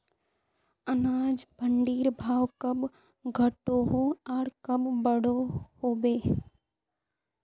अनाज मंडीर भाव कब घटोहो आर कब बढ़ो होबे?